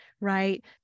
right